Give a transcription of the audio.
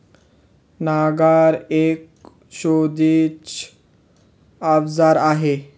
नांगर एक शेतीच अवजार आहे